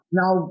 now